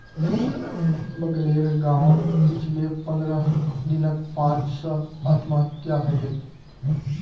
बगलेर गांउत पिछले पंद्रह दिनत पांच आत्महत्या हइ गेले